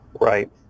right